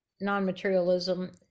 non-materialism